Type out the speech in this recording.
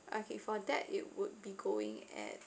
okay for that it would be going at